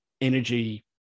energy